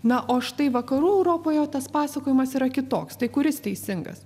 na o štai vakarų europoje tas pasakojimas yra kitoks tai kuris teisingas